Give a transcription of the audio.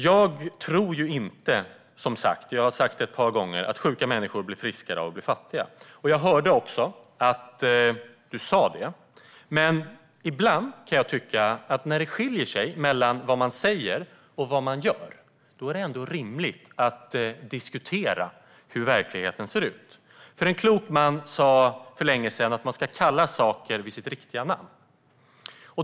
Jag tror som sagt inte - jag har sagt det ett par gånger - att sjuka människor blir friskare av att bli fattiga. Jag hörde att du sa det, men ibland kan jag tycka att när det skiljer sig mellan vad man säger och vad man gör är det rimligt att diskutera hur verkligheten ser ut. En klok man sa för länge sedan att man ska kalla saker vid deras rätta namn.